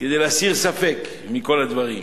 כדי להסיר ספק מכל הדברים.